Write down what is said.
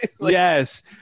yes